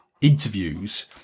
interviews